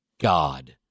God